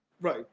Right